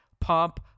Pump